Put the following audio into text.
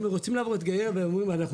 הם רוצים לבוא להתגייר והם אומרים אנחנו